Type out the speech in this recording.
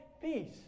peace